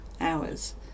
hours